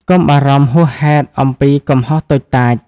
កុំបារម្ភហួសហេតុអំពីកំហុសតូចតាច។